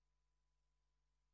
תואר